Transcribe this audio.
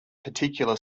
particular